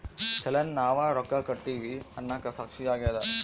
ಚಲನ್ ನಾವ್ ರೊಕ್ಕ ಕಟ್ಟಿವಿ ಅನ್ನಕ ಸಾಕ್ಷಿ ಆಗ್ಯದ